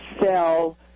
sell